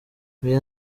meya